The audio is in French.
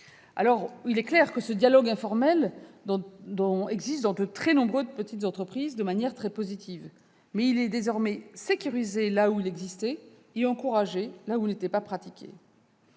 Il est clair que ce dialogue informel existe dans de très nombreuses petites et moyennes entreprises, de manière très positive, mais il est désormais sécurisé là où il existait et encouragé là où il n'était pas pratiqué.